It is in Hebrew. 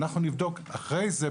אנחנו נבדוק אחרי זה,